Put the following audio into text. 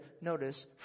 notice